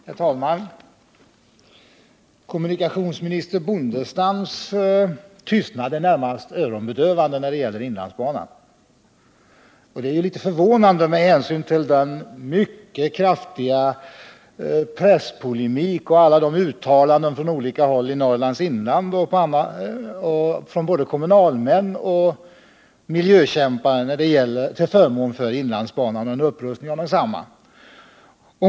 Herr talman! Kommunikationsminister Bondestams tystnad när det gäller inlandsbanan är närmast öronbedövande. Det är litet förvånande med hänsyn till den mycket kraftiga presspolemiken och alla uttalanden som gjorts från olika håll i Norrlands inland av både kommunalmän och miljökämpar till förmån för inlandsbanan och en upprustning av densamma.